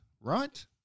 right